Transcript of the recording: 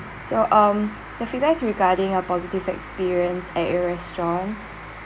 so um the feedback's regarding a positive experience at your restaurant